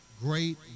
great